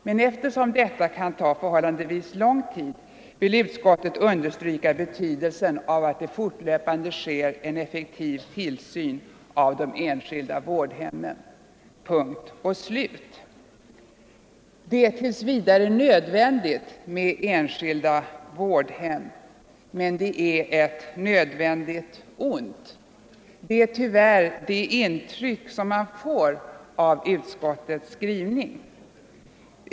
Men eftersom det kan ta förhållandevis lång tid att nå det målet vill utskottet understryka betydelsen av att det fortlöpande utövas en effektiv tillsyn av de enskilda vårdhemmen. Det är tills vidare nödvändigt med enskilda vårdhem, men det är ett nödvändigt ont. Detta är tyvärr det intryck man får av utskottets skrivning.